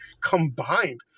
combined